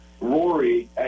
Rory